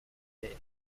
terre